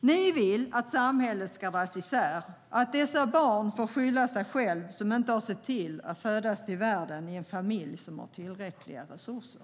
Ni vill att samhället ska dras isär och att dessa barn får skylla sig själva som inte har sett till att födas till världen i en familj som har tillräckliga resurser.